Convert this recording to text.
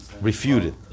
refuted